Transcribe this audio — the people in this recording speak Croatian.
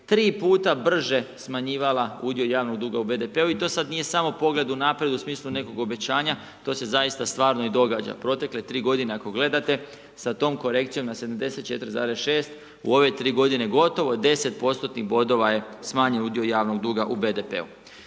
3 puta brže smanjivala udio javnog duga u BDP-u i to sada nije samo pogled unaprijed u smislu nekog obećanja, to se zaista stvarno i događa, protekle 3 g. ako gledate sa tom korekcijom na 74,6 u ove 3 g. gotovo 10% bodova je smanjen udio javnog duga u BDP-u.